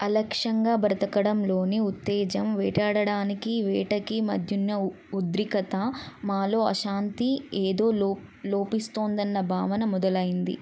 అలక్ష్యంగా బ్రతకడంలోని ఉత్తేజం వేటాడడాకి వేటకి మధ్యున్న ఉద్రికత మాలో అశాంతి ఏదో లోప్ లోపిస్తోందన్న భావన మొదలైంది